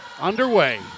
underway